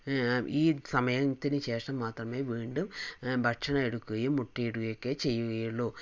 ഈ സമയത്തിന് ശേഷം മാത്രമേ വീണ്ടും ഭക്ഷണം എടുക്കുകയും മുട്ടയിടുവൊക്കെ ചെയ്യുകയുള്ളൂ